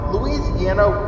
Louisiana